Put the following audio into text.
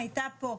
הייתה פה,